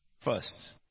first